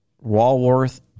Walworth